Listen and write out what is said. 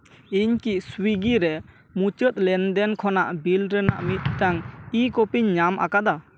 ᱤᱧ ᱠᱤ ᱥᱩᱭᱜᱤ ᱨᱮ ᱢᱩᱪᱟᱹᱫ ᱞᱮᱱᱫᱮᱱ ᱠᱷᱚᱱᱟᱜ ᱵᱤᱞ ᱨᱮᱱᱟᱜ ᱢᱤᱫᱴᱮᱱ ᱤ ᱠᱚᱯᱤᱧ ᱧᱟᱢ ᱟᱠᱟᱫᱟ